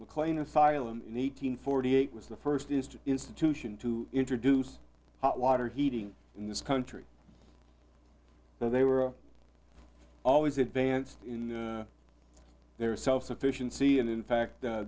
mclean asylum in eight hundred forty eight was the first is to institution to introduce hot water heating in this country so they were always advanced in the their self sufficiency and in fact